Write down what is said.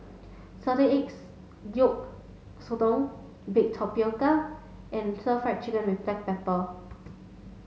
salted eggs yolk Sotong baked tapioca and stir fried chicken with black pepper